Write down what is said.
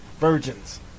virgins